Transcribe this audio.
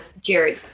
Jerry